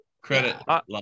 credit